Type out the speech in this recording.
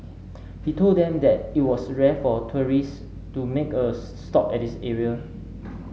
he told them that it was rare for tourists to make a stop at this area